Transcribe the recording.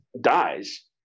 dies